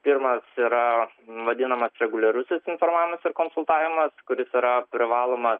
pirmas yra vadinamas reguliarusis informavimas ir konsultavimas kuris yra privalomas